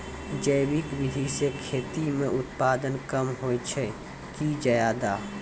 जैविक विधि से खेती म उत्पादन कम होय छै कि ज्यादा?